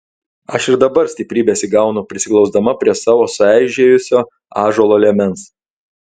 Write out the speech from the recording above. aš ir dabar stiprybės įgaunu prisiglausdama prie savo sueižėjusio ąžuolo liemens